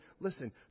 Listen